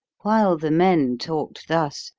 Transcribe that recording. while the men talked thus,